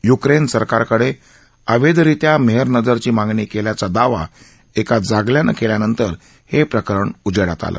Ukraine सरकारकडे अवैधरित्या मेहरनजरची मागणी केल्याचा दावा एका जागल्यानं केल्यानंतर हे प्रकरण उजेडात आलं